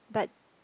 but